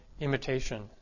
imitation